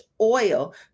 oil